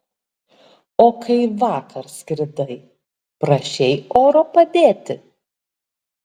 o kai vakar skridai prašei oro padėti